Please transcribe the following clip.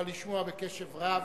אבל לשמוע בקשב רב.